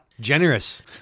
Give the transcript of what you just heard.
generous